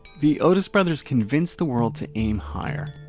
the otis brothers convinced the world to aim higher.